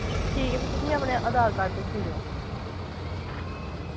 ठीक ऐ फिर तुस मी अपने अधार कार्ड भेजी ओड़ेओ